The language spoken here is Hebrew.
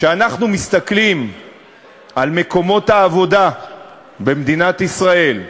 כשאנחנו מסתכלים על מקומות העבודה במדינת ישראל,